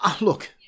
Look